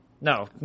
No